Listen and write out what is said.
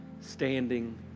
standing